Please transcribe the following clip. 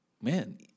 man